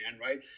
right